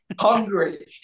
Hungry